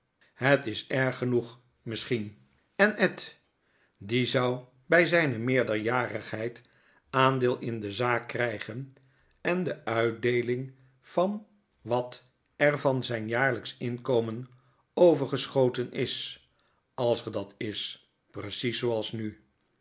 het is erg genoeg misschien en ed die zou by zyne meerderjarigheid aandeel in de zaak krygen en de uitdeeling van wat er van zyn jaarlijksch inkomen overgeschoten is als er dat is precies zooals nu